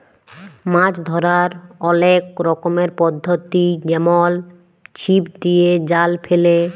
মাছ ধ্যরার অলেক রকমের পদ্ধতি যেমল ছিপ দিয়ে, জাল ফেলে